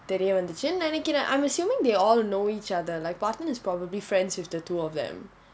தெரிய வந்துச்சு நினைக்கிறேன்:theriya vanthuchu ninaikiren I'm assuming they all know each other like parthen is probably friends with the two of them